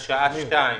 2:00,